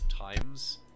times